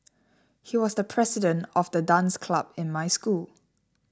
he was the president of the dance club in my school